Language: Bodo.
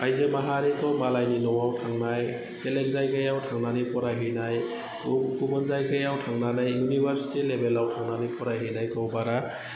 आइजो माहारिखौ मालायनि न'आव थांनाय बेलेग जायगायाव थांनानै फरायहैनाय गुबुन जायगायाव थांनानै इउनिभारसिटि लेभेलाव थांनानै फरायहैनायखौ बारा